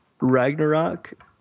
Ragnarok